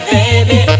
baby